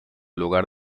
lugar